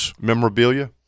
memorabilia